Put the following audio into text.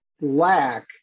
lack